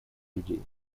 людей